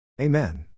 Amen